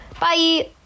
Bye